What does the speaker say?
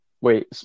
wait